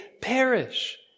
perish